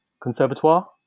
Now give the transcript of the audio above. conservatoire